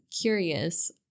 curious